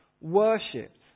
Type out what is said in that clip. worshipped